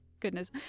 goodness